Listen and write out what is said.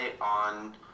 on